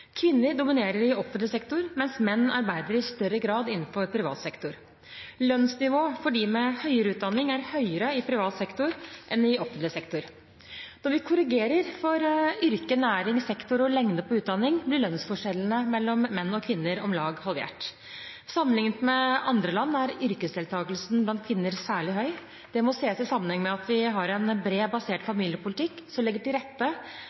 Kvinner dominerer i offentlig sektor, mens menn arbeider i større grad innenfor privat sektor. Lønnsnivået for dem med høyere utdanning er høyere i privat sektor enn i offentlig sektor. Når vi korrigerer for yrke, næring, sektor og lengde på utdanning, blir lønnsforskjellene mellom menn og kvinner om lag halvert. Sammenliknet med andre land er yrkesdeltakelsen blant kvinner særlig høy. Det må ses i sammenheng med at vi har en bredt basert familiepolitikk, som legger til rette